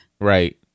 Right